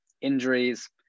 injuries